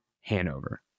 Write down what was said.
Hanover